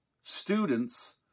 students